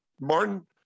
Martin